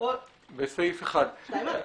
2(א).